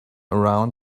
around